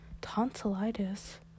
tonsillitis